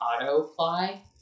auto-fly